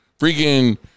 freaking